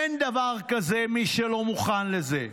אין דבר כזה, מי שלא מוכן לזה,